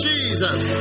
Jesus